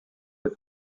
des